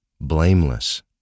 blameless